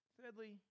Thirdly